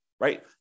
right